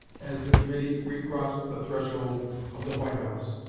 as the committee recrossed the threshold of the white house,